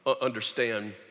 understand